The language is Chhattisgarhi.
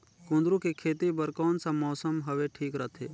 कुंदूरु के खेती बर कौन सा मौसम हवे ठीक रथे?